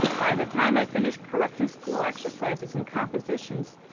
by the time i finish correcting school exercises and compositions,